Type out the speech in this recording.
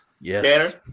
Yes